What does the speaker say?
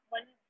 one